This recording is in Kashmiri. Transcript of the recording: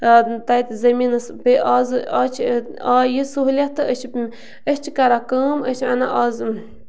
تَتہِ زٔمیٖنَس بیٚیہِ آزٕ آز چھِ آے یہِ سہوٗلیت تہٕ أسۍ چھِ أسۍ چھِ کَران کٲم أسۍ چھِ اَنان آزٕ